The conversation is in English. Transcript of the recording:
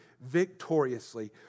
victoriously